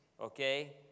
okay